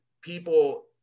people